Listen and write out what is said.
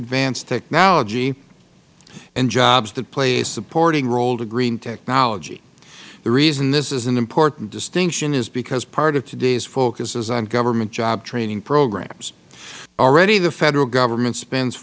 advanced technology and jobs that play a supporting role to green technology the reason this is an important distinction is because part of today's focus is on government job training programs already the federal government spends